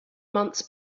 months